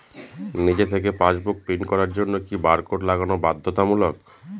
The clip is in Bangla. নিজে থেকে পাশবুক প্রিন্ট করার জন্য কি বারকোড লাগানো বাধ্যতামূলক?